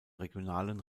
regionalen